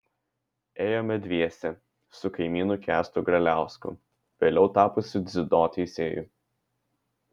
ėjome dviese su kaimynu kęstu graliausku vėliau tapusiu dziudo teisėju